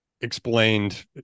explained